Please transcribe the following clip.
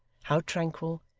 how tranquil,